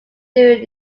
during